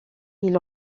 ils